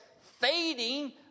fading